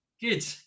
Good